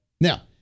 Now